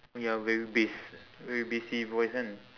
ya very bass very bassy voice kan